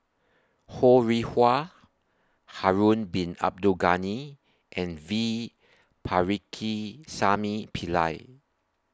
Ho Rih Hwa Harun Bin Abdul Ghani and V Pakirisamy Pillai